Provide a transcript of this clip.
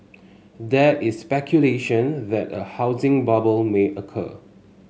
there is speculation that a housing bubble may occur